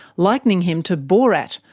likening him to borat,